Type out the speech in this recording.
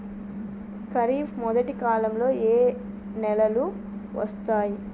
ఖరీఫ్ మొదటి కాలంలో ఏ నెలలు వస్తాయి?